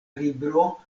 libro